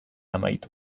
amaitu